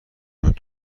اومد